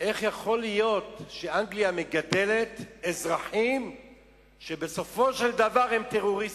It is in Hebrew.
איך יכול להיות שאנגליה מגדלת אזרחים שבסופו של דבר הם טרוריסטים?